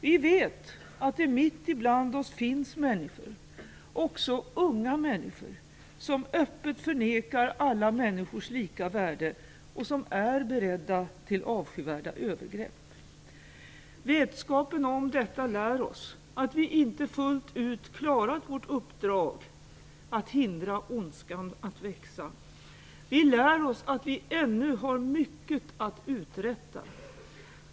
Vi vet att det mitt ibland oss finns människor, också unga människor, som öppet förnekar alla människors lika värde och som är beredda till avskyvärda övergrepp. Vetskapen om detta lär oss att vi inte fullt ut klarat vårt uppdrag - att hindra ondskan att växa. Vi lär oss att vi ännu har mycket att uträtta.